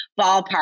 ballpark